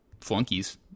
flunkies